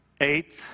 eighth